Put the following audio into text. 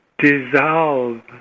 dissolve